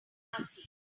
party